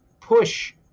push